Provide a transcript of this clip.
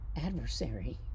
adversary